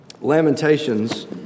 Lamentations